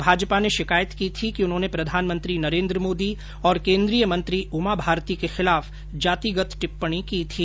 भाजपा ने शिकायत की थी कि उर्न्होने प्रधानमंत्री नरेन्द्र मोदी और केन्द्रीय मंत्री उमा भारती के खिलाफ जातिगत टिप्पणी की थी